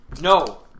No